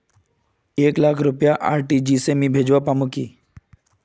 एक लाख रुपया आर.टी.जी.एस से मी भेजवा पामु की